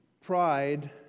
Pride